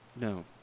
No